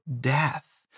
death